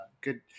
good